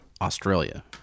Australia